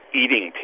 eating